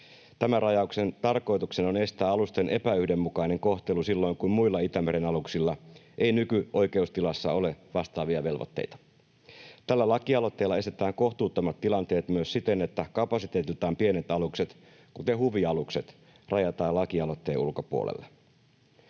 Tämän rajauksen tarkoituksena on estää alusten epäyhdenmukainen kohtelu silloin, kun muilla Itämeren aluksilla ei nykyoikeustilassa ole vastaavia velvoitteita. Tällä lakialoitteella estetään kohtuuttomat tilanteet myös siten, että kapasiteetiltaan pienet alukset, kuten huvialukset, rajataan lakialoitteen ulkopuolelle.